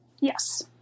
Yes